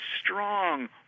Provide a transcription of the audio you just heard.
strong